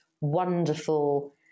wonderful